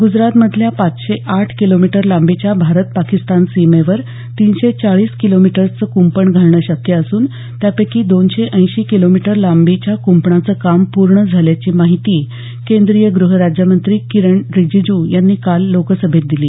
ग्जरातमधल्या पाचशे आठ किलोमीटर लांबीच्या भारत पाकिस्तान सीमेवर तीनशे चाळीस किलोमीटर्सचं क्ंपण घालणं शक्य असून त्यापैकी दोनशे ऐंशी किलोमीटर लांबीच्या कुंपणाचं काम पूर्ण झालं असल्याची माहिती केंद्रीय ग्रह राज्यमंत्री किरण रिजीजू यांनी काल लोकसभेत दिली